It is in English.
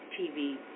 TV